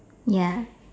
ya